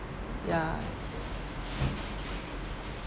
ya